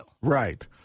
Right